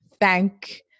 Thank